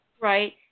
right